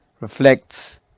reflects